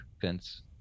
Vince